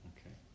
Okay